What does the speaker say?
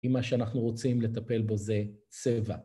אם מה שאנחנו רוצים לטפל בו זה צבע.